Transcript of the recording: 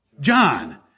John